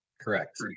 Correct